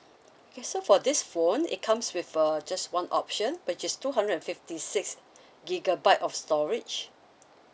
okay so for this phone it comes with uh just one option which is two hundred and fifty six gigabyte of storage